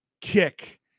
Kick